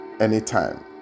anytime